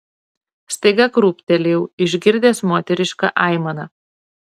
staiga krūptelėjau išgirdęs moterišką aimaną